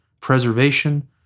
preservation